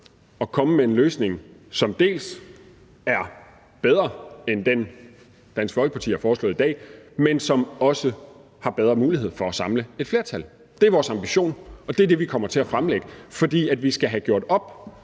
at komme med en løsning, som dels er bedre end den, Dansk Folkeparti har foreslået i dag, men som også har bedre mulighed for at samle et flertal. Det er vores ambition, og det er det, vi kommer til at fremlægge. For vi skal have gjort op